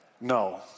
No